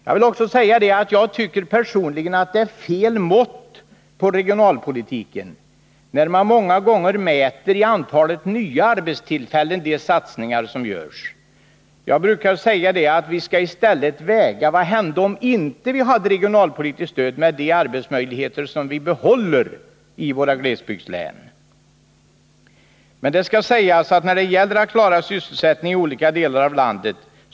Personligen tycker jag att man använder sig av fel mått på regionalpolitiken när de satsningar som görs många gånger mäts i antalet nya arbetstillfällen. Jag brukar i stället fråga mig hur det skulle se ut med de arbetstillfällen som vi nu behåller i glesbygdslänen, om det inte fanns något regionalpolitiskt stöd. Visst har man väldigt stora bekymmer när det gäller att klara sysselsättningen olika delar av landet.